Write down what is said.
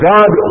God